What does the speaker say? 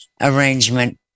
arrangement